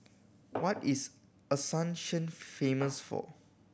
what is Asuncion famous for